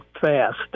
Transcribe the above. fast